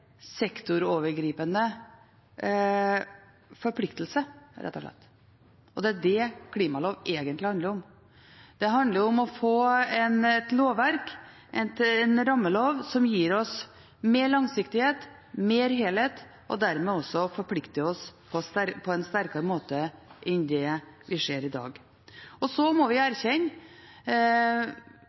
sektorovergripende forpliktelse, rett og slett, og det er det klimalov egentlig handler om. Det handler om å få et lovverk, en rammelov, som gir oss mer langsiktighet og mer helhet og dermed også forplikter oss på en sterkere måte enn det vi ser i dag. Så må vi etter Senterpartiets mening erkjenne